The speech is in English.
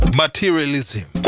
materialism